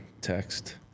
text